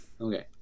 Okay